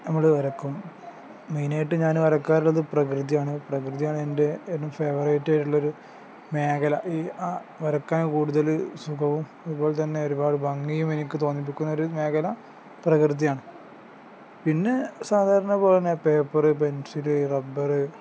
നമ്മൾ വരക്കും മെയിനായിട്ട് ഞാൻ വരയ്ക്കാറുള്ളത് പ്രകൃതിയാണ് പ്രകൃതിയാണ് എൻ്റെ ഏറ്റവും ഫേവറേറ്റായിട്ടുള്ളൊരു മേഖല ഈ ആ വരക്കാൻ കൂടുതൽ സുഖവും അതുപോലെത്തന്നെ ഒരുപാട് ഭംഗിയും എനിക്ക് തോന്നിപ്പിക്കുന്ന ഒരു മേഖല പ്രകൃതിയാണ് പിന്നെ സാധാരണ പോലെത്തന്നെ പേപ്പറ് പെൻസില് റബ്ബറ്